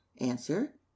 Answer